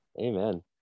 amen